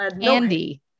Andy